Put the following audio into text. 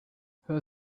her